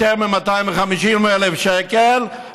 יותר מ-250,000 שקל,